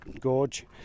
gorge